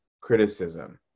criticism